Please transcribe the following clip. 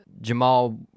Jamal